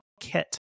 kit